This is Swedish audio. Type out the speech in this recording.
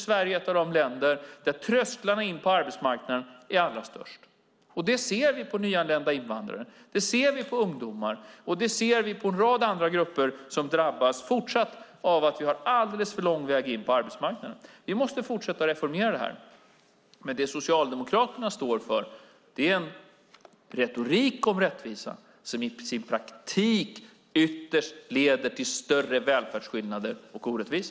Sverige är ett av de länder där trösklarna in på arbetsmarknaden är allra högst. Det ser vi på nyanlända invandrare, det ser vi på ungdomar och det ser vi på en rad andra grupper som fortsatt drabbas av att vi har alldeles för lång väg in på arbetsmarknaden. Vi måste fortsätta reformera detta. Socialdemokraterna står för en retorik om rättvisa som i praktiken ytterst leder till större välfärdsskillnader och orättvisa.